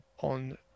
on